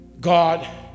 God